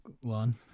One